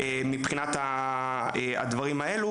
לגבי השעלת,